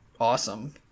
awesome